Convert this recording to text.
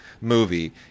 movie